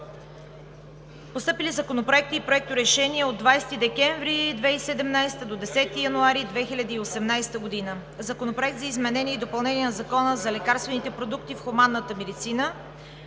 Постъпили законопроекти и проекторешения от 20 декември 2017 г. до 10 януари 2018 г.: - Законопроект за изменение и допълнение на Закона за лекарствените продукти в хуманната медицина.